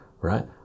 right